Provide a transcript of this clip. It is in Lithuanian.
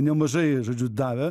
nemažai žodžiu davė